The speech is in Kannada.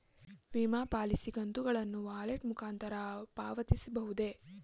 ವಿಮಾ ಪಾಲಿಸಿ ಕಂತುಗಳನ್ನು ವ್ಯಾಲೆಟ್ ಮುಖಾಂತರ ಪಾವತಿಸಬಹುದೇ?